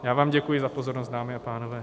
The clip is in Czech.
Já vám děkuji za pozornost, dámy a pánové.